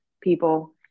people